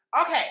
Okay